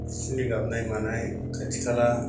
बिसोरनि गाबनाय मानाय खाथि खाला